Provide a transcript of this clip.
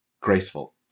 graceful